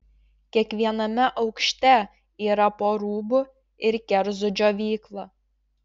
kiekviename aukšte yra po rūbų ir kerzų džiovyklą